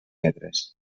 metres